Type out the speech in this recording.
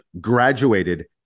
graduated